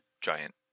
giant